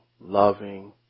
loving